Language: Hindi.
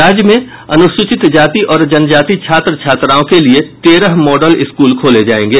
राज्य में अनुसूचित जाति और जनजाति छात्र छात्राओं के लिये तेरह मॉडल स्कूल खोले जायेंगे